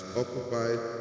occupied